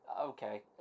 Okay